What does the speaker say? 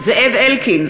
זאב אלקין,